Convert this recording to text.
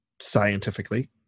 scientifically